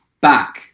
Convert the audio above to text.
back